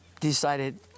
decided